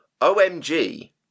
OMG